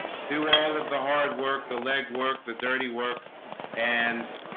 do all of the hard work the legwork the dirty work and